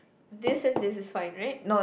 this and this is fine right